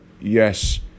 yes